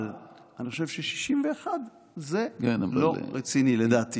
אבל אני חושב ש-61 זה לא רציני, לדעתי.